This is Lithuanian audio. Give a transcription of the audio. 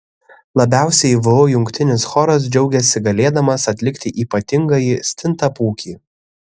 labiausiai vu jungtinis choras džiaugiasi galėdamas atlikti ypatingąjį stintapūkį